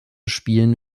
spielen